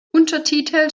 untertitel